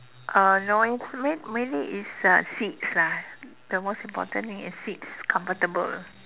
uh no it's mai~ mainly it's uh seats lah the most important thing is seats comfortable